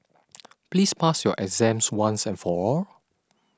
please pass your exams once and for all